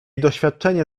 doświadczenie